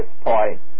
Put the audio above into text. point